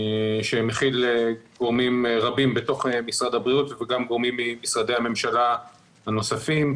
שכולל גורמים רבים במשרד הבריאות וגם גורמים ממשרדי הממשלה הנוספים,